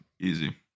easy